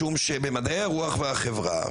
משום שבמדעי הרוח והחברה,